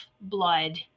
blood